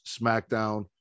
SmackDown